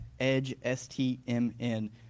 EdgeSTMN